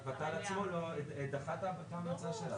זה מספר המפגשים שעשינו עם